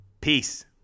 Peace